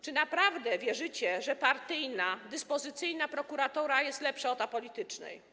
Czy naprawdę wierzycie, że partyjna dyspozycyjna prokuratura jest lepsza od apolitycznej?